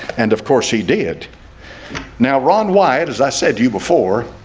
and of course he did now ron wyatt as i said to you before